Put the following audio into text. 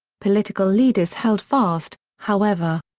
political leaders held fast, however.